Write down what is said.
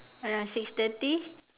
around six thirty